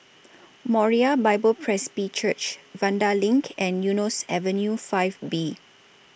Moriah Bible Presby Church Vanda LINK and Eunos Avenue five B